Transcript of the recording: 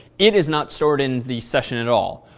it is not stored in the session at all.